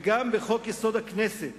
וגם בחוק-יסוד: הכנסת,